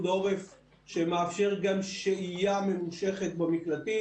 העורף שמאפשר גם שהייה ממושכת במקלטים.